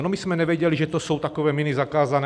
No, my jsme nevěděli, že to jsou miny zakázané.